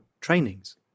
trainings